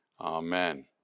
Amen